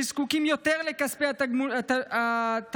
שזקוקים יותר לכספי התמלוגים,